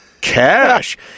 Cash